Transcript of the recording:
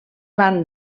van